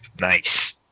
Nice